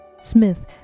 Smith